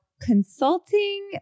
consulting